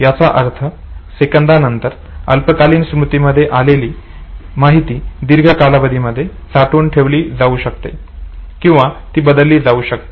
याचा अर्थ सेकंदानंतर अल्पकालीन स्मृतीमध्ये आलेली माहिती दीर्घ कालावधीसाठी साठवून ठेवली जाऊ शकते किंवा ती बदलली जाऊ शकते